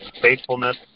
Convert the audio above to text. faithfulness